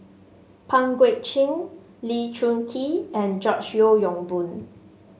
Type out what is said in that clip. Pang Guek Cheng Lee Choon Kee and George Yeo Yong Boon